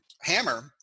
hammer